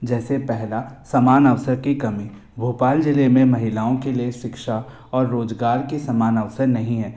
जैसे पहला सामान अवसर की कमी भोपाल जिले में महिलाओं के लिए शिक्षा और रोजगार के समान अवसर नहीं हैं